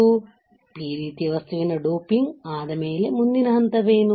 P ರೀತಿಯ ವಸ್ತುವಿನ doping ಆದ ಮೇಲೆ ಮುಂದಿನ ಹಂತವೇನು